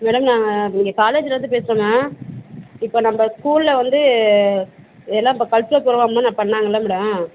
madam நாங்கள் இங்கே காலேஜ்லந்து பேசுகிறோங்க இப்போ நம்ப ஸ்கூலில் வந்து எல்லா இப்போ கல்ச்சர் ப்ரோக்ராம் எல்லாம் பண்ணாங்கல்ல மேடம்